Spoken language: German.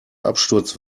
absturz